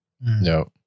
No